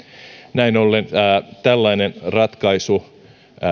näin ollen tällainen ratkaisu